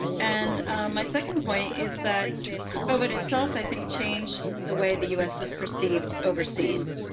and my second point is that covid itself, i think, changed the way the us is perceived overseas,